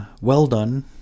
well-done